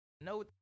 no